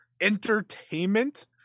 entertainment